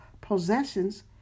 possessions